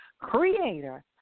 creator